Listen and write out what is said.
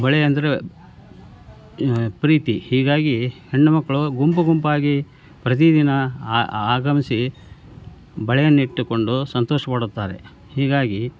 ಬಳೆ ಅಂದರೆ ಪ್ರೀತಿ ಹೀಗಾಗಿ ಹೆಣ್ಣುಮಕ್ಕಳು ಗುಂಪುಗುಂಪಾಗಿ ಪ್ರತಿ ದಿನ ಆಗಮಿಸಿ ಬಳೆಯನ್ನು ಇಟ್ಟುಕೊಂಡು ಸಂತೋಷ ಪಡುತ್ತಾರೆ ಹೀಗಾಗಿ